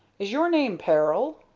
is your name peril?